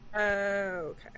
okay